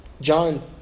John